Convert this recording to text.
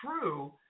true